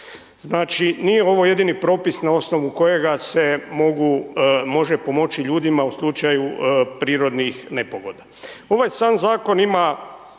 Znači nije ovo jedini propis na osnovu kojega se može pomoći ljudima u slučaju prirodnih nepogoda. Ovaj sam zakon ima